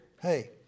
hey